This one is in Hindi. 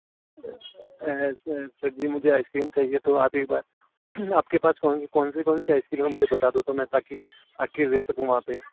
सर जी मुझे आइस क्रीम चाहिए तो आप एक बार आपके पास कौनसी कौनसी आइस क्रीम हैं मुझे बता दो तो मैं ताकी आके ले सकूँ वहाँ पे